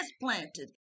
planted